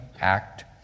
act